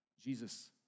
Jesus